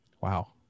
Wow